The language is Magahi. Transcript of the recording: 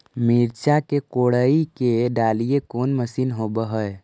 मिरचा के कोड़ई के डालीय कोन मशीन होबहय?